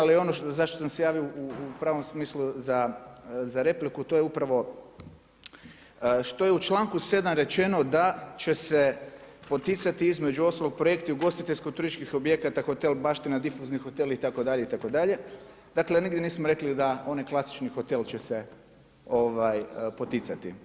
Ali ono za što sam se javio u pravom smislu za repliku, to je upravo što je u članku 7. rečeno da će se poticati između ostalog projekti ugostiteljsko-turističkih objekata Hotel Baština difuzni hotel itd., itd. dakle nigdje nismo rekli da onaj klasični hotel će se poticati.